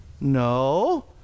No